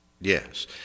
Yes